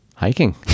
Hiking